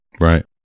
right